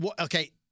Okay